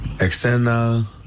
External